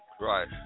Right